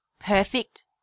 perfect